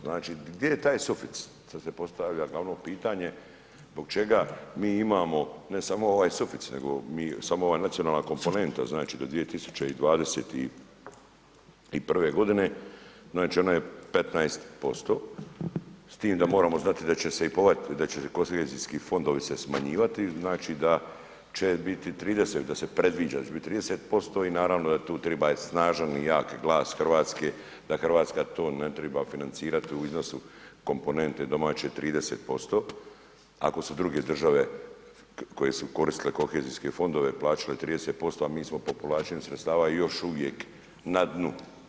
Znači, gdje je taj suficit, sad se postavlja glavno pitanje zbog čega mi imamo ne samo ovaj suficit nego mi samo ova nacionalna komponenta znači do 2021. godine znači ona je 15% s tim da moramo znati da će se i …/nerazumljivo/… da će se kohezijski fondovi se smanjivati znači da će biti 30 da se predviđa da će biti 30% i naravno da tu triba i snažan i jak glas Hrvatske da Hrvatska to ne triba financirati u iznosu komponente domaće 30%, ako su druge države koje su koristile kohezijske fondove plaćale 30%, a mi smo po povlačenju sredstava još uvijek na dnu.